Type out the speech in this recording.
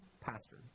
pastor